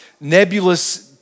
nebulous